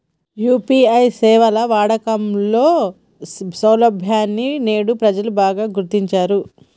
UPI సేవల వాడకంలో సౌలభ్యాన్ని నేడు ప్రజలు బాగా గుర్తించారు